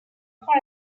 prend